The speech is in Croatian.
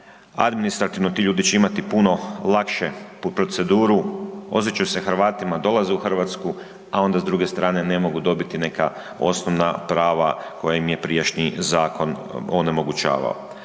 Administrativno ti ljudi će imati puno lakšu proceduru, osjećaju se Hrvatima, dolaze u Hrvatsku, a onda s druge strane ne mogu dobiti neka osnovna prava koja im je prijašnji zakon onemogućavao.